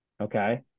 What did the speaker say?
Okay